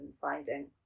finding